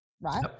Right